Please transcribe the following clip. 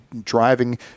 driving